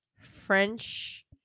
French